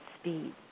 speed